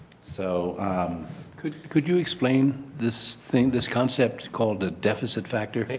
so could could you explain this thing, this concept called the deficit factor?